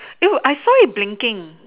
it were I saw it blinking